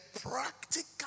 practical